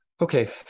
Okay